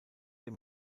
dem